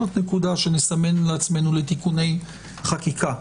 זו נקודה שנסמן לעצמנו לתיקוני חקיקה.